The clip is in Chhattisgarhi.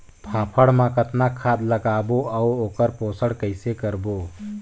फाफण मा कतना खाद लगाबो अउ ओकर पोषण कइसे करबो?